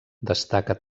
destaca